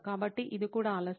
కాబట్టి ఇది కూడా ఆలస్యం